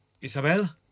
Isabel